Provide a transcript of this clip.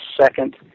second